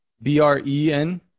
B-R-E-N